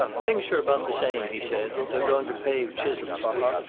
things are about the same, he said. they're going to pave chisholm street.